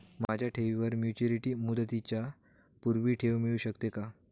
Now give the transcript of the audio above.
माझ्या ठेवीवर मॅच्युरिटी मुदतीच्या पूर्वी ठेव मिळू शकते का?